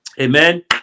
Amen